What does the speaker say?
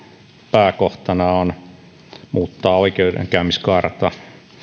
pääkohtana on muuttaa oikeudenkäymiskaarta